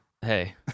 Hey